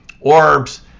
orbs